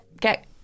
Get